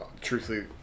truthfully